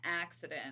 accident